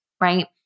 right